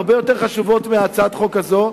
הרבה יותר חשובות מהצעת החוק הזאת,